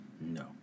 No